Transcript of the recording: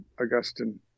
Augustine